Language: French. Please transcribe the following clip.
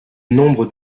nombre